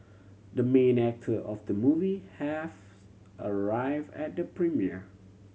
the main actor of the movie have arrive at the premiere